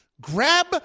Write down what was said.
Grab